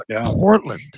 Portland